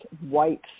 white